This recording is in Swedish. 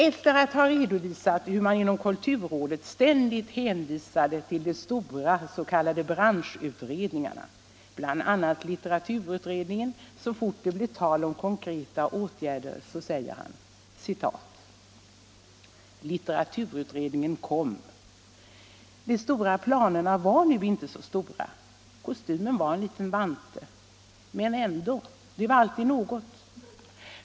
Efter att ha redovisat hur man inom kulturrådet ständigt hänvisade till de stora s.k. branschutredningarna, bl.a. litteraturutredningen, så fort det blev tal om konkreta åtgärder säger han: ”Litteraturutredningen kom. De stora planerna var nu inte så stora, kostymen var en liten vante. Men ändå, det var alltid något.